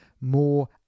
more